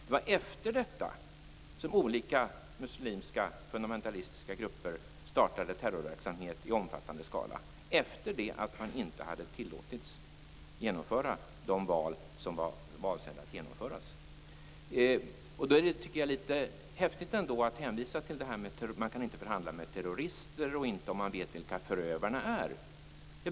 Det var efter det att FIS inte hade tillåtits genomföra de val som var avsedda att genomföras som olika muslimska fundamentalistiska grupper startade terrorverksamhet i omfattande skala. Då tycker jag att det är litet häftigt att hänvisa till att man inte kan förhandla med terrorister och detta att man inte vet vilka förövarna är.